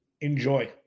enjoy